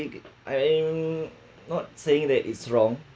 I am not saying that it's wrong